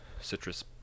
citrus